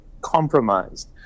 compromised